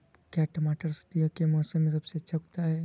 क्या टमाटर सर्दियों के मौसम में सबसे अच्छा उगता है?